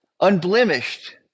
unblemished